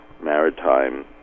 maritime